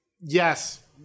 yes